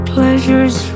Pleasures